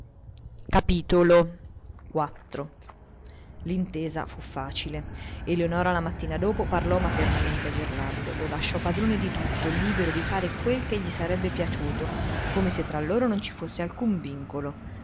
dond'era uscita l'intesa fu facile eleonora la mattina dopo parlò maternamente a gerlando lo lasciò padrone di tutto libero di fare quel che gli sarebbe piaciuto come se tra loro non ci fosse alcun vincolo